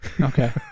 Okay